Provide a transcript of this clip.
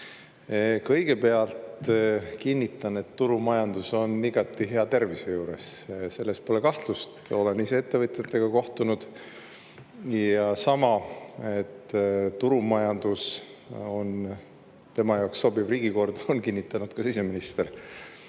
Kõigepealt kinnitan, et turumajandus on igati hea tervise juures, selles pole kahtlust. Olen ise ettevõtjatega kohtunud. Ja sama, et turumajandus on tema jaoks sobiv riigikord, on kinnitanud ka siseminister.